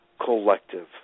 collective